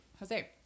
Jose